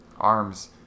Arms